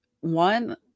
one